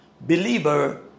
believer